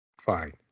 Fine